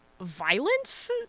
violence